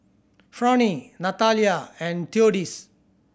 Fronie Natalia and Theodis